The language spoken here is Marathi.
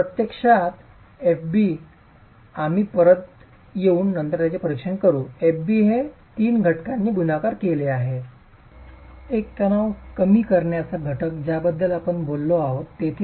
तर प्रत्यक्षात fb आणि आम्ही परत येऊन नंतर त्याचे परीक्षण करू fb हे तीन घटकांनी गुणाकार केले आहे एक तणाव कमी करण्याचा घटक ज्याबद्दल आपण बोललो आहोत